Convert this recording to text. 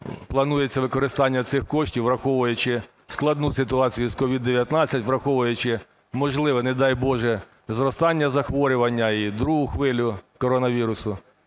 планується використання цих коштів? Враховуючи складну ситуацію з COVID-19, враховуючи можливе, не дай Боже, зростання захворювання і другу хвилю коронавірусу.